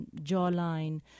jawline